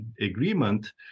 agreement